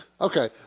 Okay